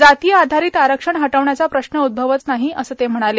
जाती आधारित आरक्षण हटवण्याचा प्रश्न उद्भवत नाही असं ते म्हणाले